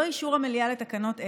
ללא אישור המליאה לתקנות אלה,